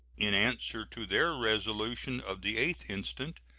in answer to their resolution of the eighth instant,